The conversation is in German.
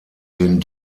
den